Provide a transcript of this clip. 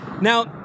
Now